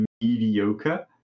mediocre